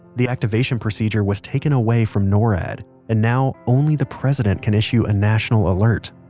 the activation procedure was taken away from norad and now only the president can issue a national alert.